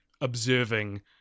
observing